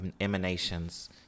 emanations